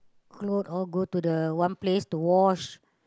clothe all go to the one place to wash